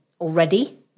already